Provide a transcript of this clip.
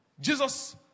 jesus